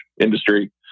industry